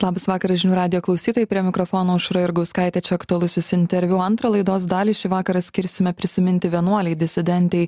labas vakaras žinių radijo klausytojai prie mikrofono aušra jurgauskaitė aktualusis interviu antrą laidos dalį šį vakarą skirsime prisiminti vienuolei disidentei